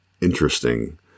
interesting